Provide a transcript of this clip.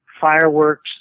fireworks